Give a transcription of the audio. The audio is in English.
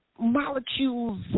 molecules